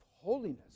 holiness